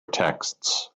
texts